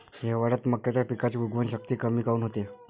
हिवाळ्यात मक्याच्या पिकाची उगवन शक्ती कमी काऊन होते?